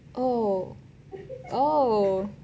oh oh